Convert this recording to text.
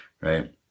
Right